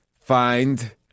find